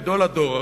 גדול הדור,